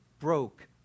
broke